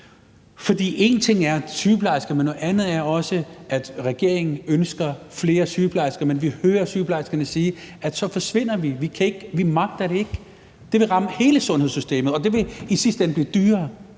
For en ting er sygeplejerskerne, men noget andet er også, at regeringen ønsker flere sygeplejersker, men vi hører sygeplejerskerne sige, at så forsvinder de, for de magter det ikke, og det vil ramme hele sundhedssystemet, og det vil i sidste ende blive dyrere.